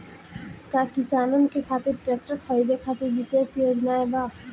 का किसानन के खातिर ट्रैक्टर खरीदे खातिर विशेष योजनाएं बा?